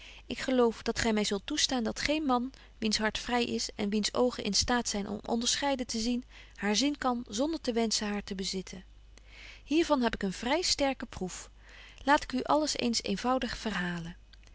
ik geloof dat gy my zult toestaan dat geen man wiens hart vry is en wiens oogen in staat zyn om onderscheiden te zien haar zien kan zonder te wenschen haar te bezitten hier van heb ik een vry sterbetje wolff en aagje deken historie van mejuffrouw sara burgerhart ke proef laat ik u alles eens eenvoudig verhalen